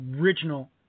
original